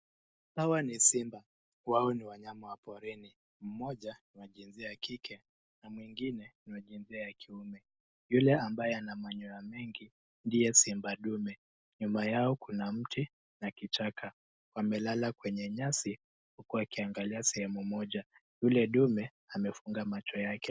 Hawa ni simba. Wao ni wanyama wa porini. Mmoja ni wa jinsia ya kike na mwengine ni wa jinsia ya kiume. Yule ambaye ana manyoya mengi ndiye simba dume. Nyuma yao kuna mti na kichaka. Wamelala kwenye nyasi huku wakiangalia sehemu moja. Yule dume amefunga macho yake.